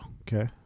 okay